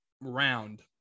round